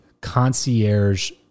concierge